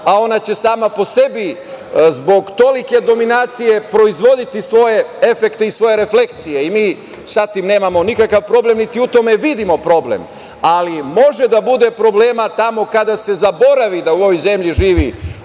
Ona će sama po sebi zbog tolike dominacije proizvoditi svoje efekte i svoje reflecsije i mi sa tim nemamo nikakav problem, niti u tome vodimo problem. Može da bude problema tamo kada se zaboravi da u ovoj zemlji živi